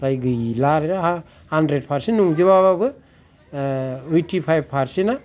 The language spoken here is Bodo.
फ्राय गैलारो हानद्रेद फारसेन नंजोबा बाबो ओइथिफाएब फारसेना